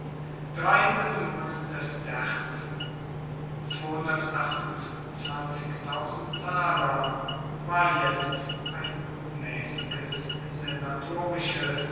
mill sesterzen war jetzt ein mäßiges